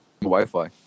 Wi-Fi